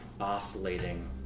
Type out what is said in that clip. oscillating